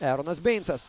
eronas beincas